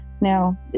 Now